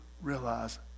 realize